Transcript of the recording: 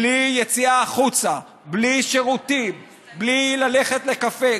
בלי יציאה החוצה, בלי שירותים, בלי ללכת לקפה.